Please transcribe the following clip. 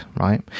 right